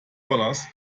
dollars